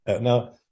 Now